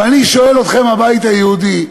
אבל אני שואל אתכם, הבית היהודי: